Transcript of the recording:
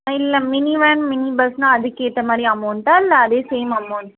இல்லை mini van mini பஸ்னால் அதுக்கு ஏற்ற மாதிரி அமௌன்டா இல்லை அதே சேம் அமௌன்டா